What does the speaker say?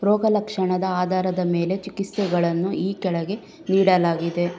ರೋಗ ಲಕ್ಷಣದ ಆಧಾರದ ಮೇಲೆ ಚಿಕಿತ್ಸೆಗಳನ್ನು ಈ ಕೆಳಗೆ ನೀಡಲಾಗಿದೆ